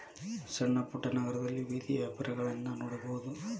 ಸಣ್ಣಪುಟ್ಟ ನಗರದಲ್ಲಿ ಬೇದಿಯ ವ್ಯಾಪಾರಗಳನ್ನಾ ನೋಡಬಹುದು